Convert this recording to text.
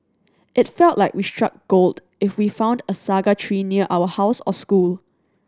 it felt like we struck gold if we found a saga tree near our house or school